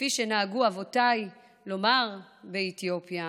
כפי שנהגו אבותיי לומר באתיופיה,